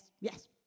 yes